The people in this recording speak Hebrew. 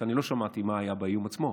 לא שמעתי מה היה באיום עצמו,